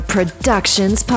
Productions